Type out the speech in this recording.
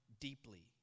deeply